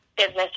business